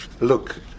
look